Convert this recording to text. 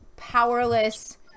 powerless